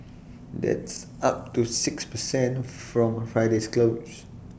that's up to six per cent from Friday's close